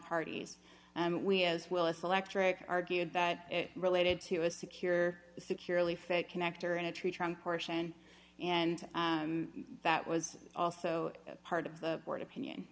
parties and we as well as electric argued that it related to a secure securely fake connector in a tree trunk portion and that was also part of the word opinion